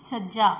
ਸੱਜਾ